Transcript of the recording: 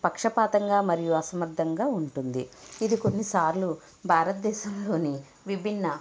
పక్షపాతంగా మరియు అసమర్థంగా ఉంటుంది ఇది కొన్నిసార్లు భారతదేశంలోని విభిన్న